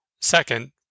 Second